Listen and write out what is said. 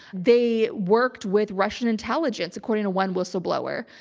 they worked with russian intelligence according to one whistleblower.